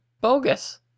bogus